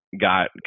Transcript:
got